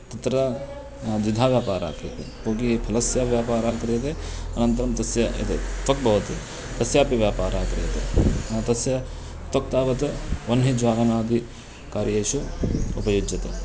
तत्र द्विधा व्यापारः क्रियते फूगीफलस्य व्यापारः क्रियते अनन्तरं तस्य यत् त्वक् भवति तस्यापि व्यापारः क्रियते तस्य त्वक् तावत् वह्नि ज्वालनादिकार्येषु उपयुज्यते